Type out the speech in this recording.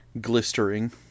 glistering